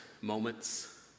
moments